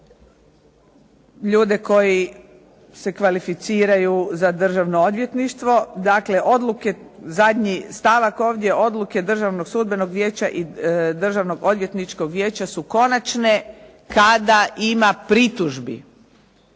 ljude koji se kvalificiraju za Državno odvjetništvo, zadnji stavak ovdje „odluke Državnog sudbenog vijeća i Državnog odvjetničkog vijeća su konačne kada ima pritužbi“,